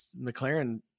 McLaren